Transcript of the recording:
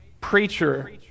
preacher